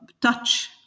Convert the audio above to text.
touch